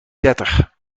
dertig